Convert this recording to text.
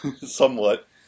somewhat